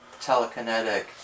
telekinetic